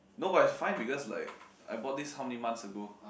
no but is fine because like I bought this how many months ago